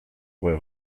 aurais